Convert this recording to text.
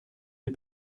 les